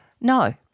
No